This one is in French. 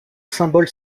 symbole